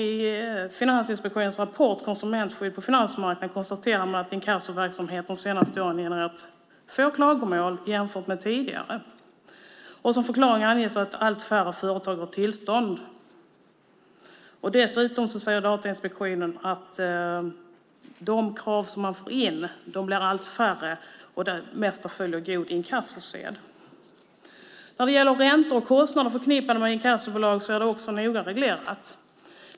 I Finansinspektionens rapport Konsumentskyddet på finansmarknaden konstaterar man att inkassoverksamheten de senaste åren har genererat få klagomål jämfört med tidigare. Som förklaring anges att allt färre företag har tillstånd. Dessutom säger Datainspektionen att de krav som man får in blir allt färre. De flesta följer god inkassosed. Räntor och kostnader förknippade med inkassobolag är också noga reglerade.